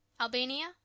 albania